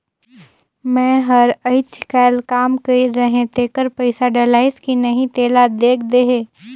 मै हर अईचकायल काम कइर रहें तेकर पइसा डलाईस कि नहीं तेला देख देहे?